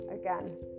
again